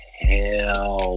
hell